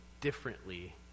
differently